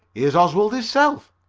here's oswald hisself,